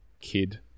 kid